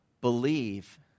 believe